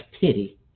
pity